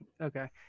Okay